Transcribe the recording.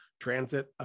transit